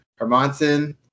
Hermanson